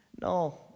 No